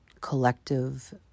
collective